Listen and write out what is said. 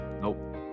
Nope